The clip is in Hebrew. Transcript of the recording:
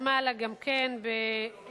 חתמה עליה גם כן, ב-1990,